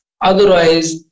otherwise